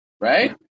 right